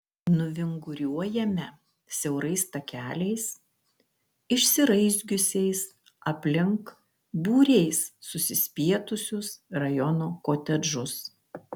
nuvinguriuojame siaurais takeliais išsiraizgiusiais aplink būriais susispietusius rajono kotedžus